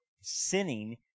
sinning